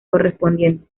correspondiente